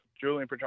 Julian